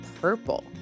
purple